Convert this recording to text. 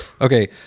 Okay